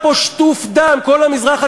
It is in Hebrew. יש סוגים של סודיות וחיסיון שהדמיון והשטן לא בראו.